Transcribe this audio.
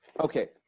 okay